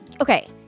Okay